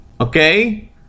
Okay